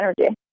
energy